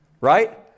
Right